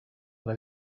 but